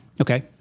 Okay